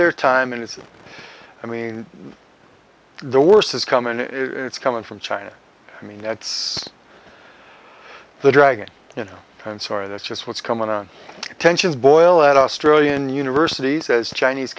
their time and it's i mean the worst has come and it's coming from china i mean it's the dragon you know i'm sorry that's just what's coming on tensions boil at australian universities as chinese